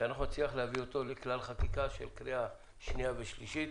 שנצליח להביא את הצעת החוק לכלל חקיקה של קריאה שנייה ושלישית,